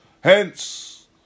Hence